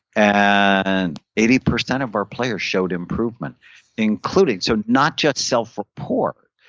and eighty percent of our players showed improvement including, so not just self-report,